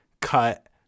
cut